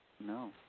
No